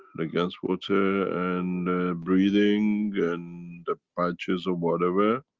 the gans water and breathing and the patches or whatever.